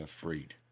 Freed